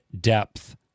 depth